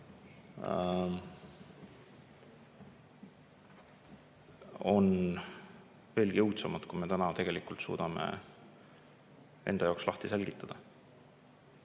on veelgi õudsemad, kui me täna tegelikult suudame enda jaoks lahti selgitada.